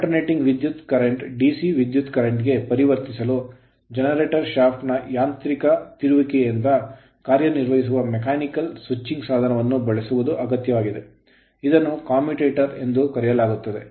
alternating ಪರ್ಯಾಯ ವಿದ್ಯುತ್ current current DC ವಿದ್ಯುತ್ current ಕರೆಂಟ್ ಗೆ ಪರಿವರ್ತಿಸಲು ಜನರೇಟರ್ shaft ಶಾಫ್ಟ್ ನ ಯಾಂತ್ರಿಕ ತಿರುಗುವಿಕೆಯಿಂದ ಕಾರ್ಯನಿರ್ವಹಿಸುವ mechanical ಯಾಂತ್ರಿಕ ಸ್ವಿಚಿಂಗ್ ಸಾಧನವನ್ನು ಬಳಸುವುದು ಅಗತ್ಯವಾಗಿದೆ ಇದನ್ನು commutator ಕಮ್ಯೂಟೇಟರ್ ಎಂದು ಕರೆಯಲಾಗುತ್ತದೆ